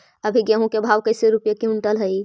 अभी गेहूं के भाव कैसे रूपये क्विंटल हई?